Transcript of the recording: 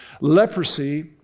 Leprosy